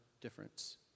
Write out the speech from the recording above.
difference